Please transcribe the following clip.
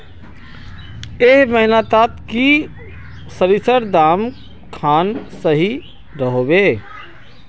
ए महीनात की सरिसर दाम खान सही रोहवे?